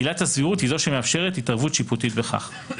עילת הסבירות היא זו שמאפשרת התערבות שיפוטית בכך.